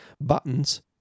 buttons